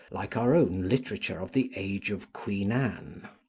like our own literature of the age of queen anne.